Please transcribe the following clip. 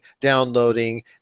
downloading